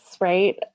right